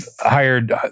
hired